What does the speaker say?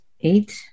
Eight